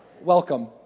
Welcome